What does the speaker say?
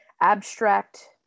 abstract